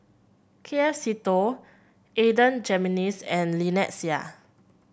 K F Seetoh Adan Jimenez and Lynnette Seah